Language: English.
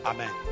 Amen